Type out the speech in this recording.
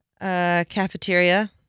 Cafeteria